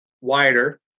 wider